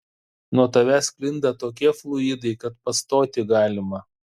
nuo tavęs sklinda tokie fluidai kad pastoti galima